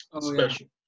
special